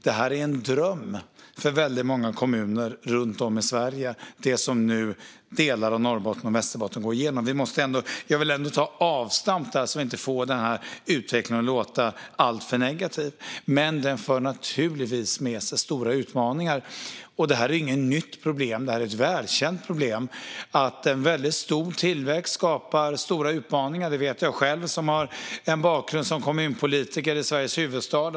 Det som nu delar av Norrbotten och Västerbotten går igenom är en dröm för väldigt många kommuner i Sverige. Jag vill ändå ta avstamp där så att vi inte får utvecklingen att låta alltför negativ. Men den för naturligtvis med sig stora utmaningar. Det här är inget nytt problem. Det är ett välkänt problem att en väldigt stor tillväxt skapar stora utmaningar. Det vet jag själv som har en bakgrund som kommunpolitiker i Sveriges huvudstad.